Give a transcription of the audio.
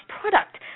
product